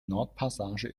nordpassage